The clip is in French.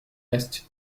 est